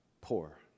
poor